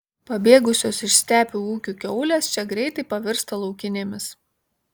pabėgusios iš stepių ūkių kiaulės čia greitai pavirsta laukinėmis